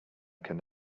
can